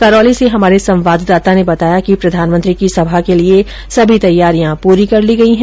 करौली से हमारे संवाददाता ने बताया कि प्रधानमंत्री की सभा के लिए सभी तैयारियां पूरी कर ली गई हैं